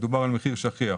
מדובר על מחיר שכיח.